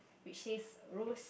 which says rose